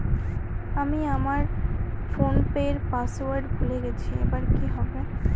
আমি আমার ফোনপের পাসওয়ার্ড ভুলে গেছি এবার কি হবে?